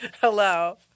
Hello